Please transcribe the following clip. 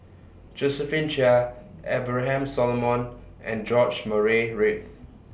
Josephine Chia Abraham Solomon and George Murray Reith